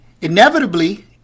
Inevitably